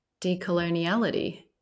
decoloniality